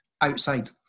outside